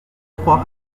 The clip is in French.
trois